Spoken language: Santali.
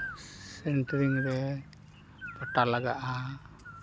ᱥᱮᱱᱴᱟᱨᱤᱝ ᱨᱮ ᱯᱟᱴᱟ ᱞᱟᱜᱟᱜᱼᱟ